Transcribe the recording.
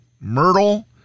Myrtle